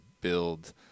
build